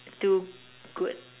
do good